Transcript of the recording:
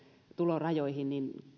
tulorajoihin niin kyllä ajattelen